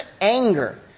anger